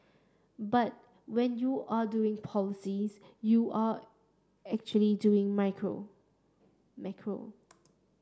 but when you are doing policies you are actually doing macro